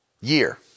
year